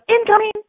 incoming